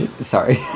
Sorry